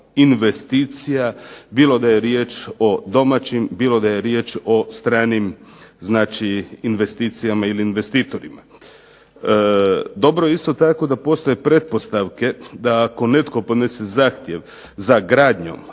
investicija bilo da je riječ o domaćim, bilo da je riječ o stranim znači investicijama ili investitorima. Dobro je isto tako da postoje pretpostavke da ako netko podnese zahtjev za gradnjom,